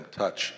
touch